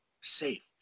safe